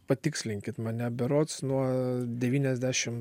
patikslinkit mane berods nuo devyniasdešim